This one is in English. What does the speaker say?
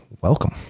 welcome